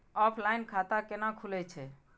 Offline खाता कैना खुलै छै?